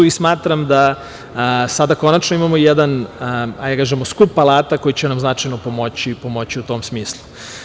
Smatram da sada konačno imamo jedan skup alata koji će nam značajno pomoći u tom smislu.